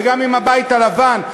גם עם הבית הלבן,